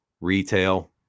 retail